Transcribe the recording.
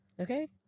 Okay